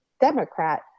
Democrat